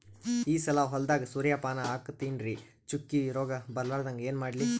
ಈ ಸಲ ಹೊಲದಾಗ ಸೂರ್ಯಪಾನ ಹಾಕತಿನರಿ, ಚುಕ್ಕಿ ರೋಗ ಬರಲಾರದಂಗ ಏನ ಮಾಡ್ಲಿ?